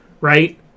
Right